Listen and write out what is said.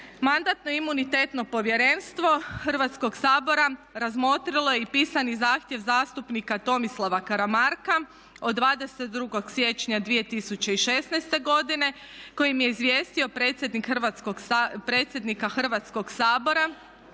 Mandatno-imunitetno povjerenstvo Hrvatskog sabora razmotrilo je i pisani zahtjev zastupnika Toimslava Karamarka od 22. siječnja 2016. godine kojim je izvijestio predsjednika Hrvatskog sabora